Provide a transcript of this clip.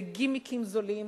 לגימיקים זולים